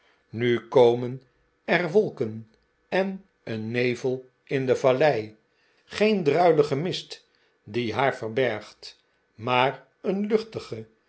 nu komen er wolken en een nevel in de vallei geen druilige mist die haar ver bergt maar een luchtige